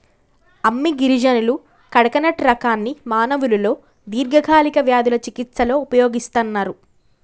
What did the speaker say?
అమ్మి గిరిజనులు కడకనట్ రకాన్ని మానవులలో దీర్ఘకాలిక వ్యాధుల చికిస్తలో ఉపయోగిస్తన్నరు